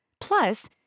plus